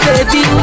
Baby